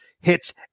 hits